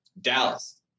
Dallas